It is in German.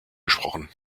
gesprochen